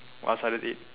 what else I eat